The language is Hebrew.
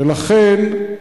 לכן,